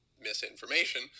Misinformation